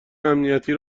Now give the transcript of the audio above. امنیتی